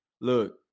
Look